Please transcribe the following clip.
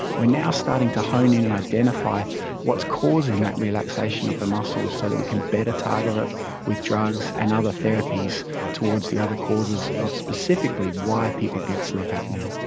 now starting to hone in and identify what's causing that relaxation of the muscles so that we can better target it with drugs and other therapies towards the other causes of specifically why people get sleep apnoea.